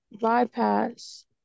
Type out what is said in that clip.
bypass